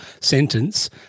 sentence